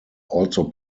also